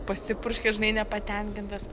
pasipurškia žinai nepatenkintas